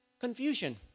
confusion